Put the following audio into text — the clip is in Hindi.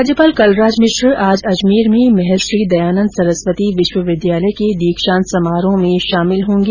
राज्यपाल कलराज मिश्र आज अजमेर में महर्षि दयानन्द सरस्वती विश्वविद्यालय के दीक्षांत समारोह में शामिल होंगे